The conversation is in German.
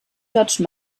dodge